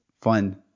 fun